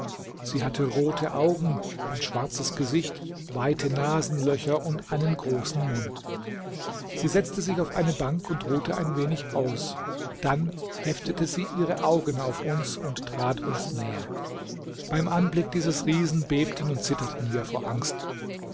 sie hatte rote augen ein schwarzes gesicht weite nasenlöcher und einen großen mund sie setzte sich auf eine bank und ruhte ein wenig aus dann heftete sie ihre augen auf uns und trat uns näher beim anblick dieses riesen bebten und zitterten wir vor angst